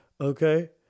Okay